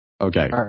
Okay